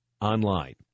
online